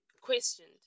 questioned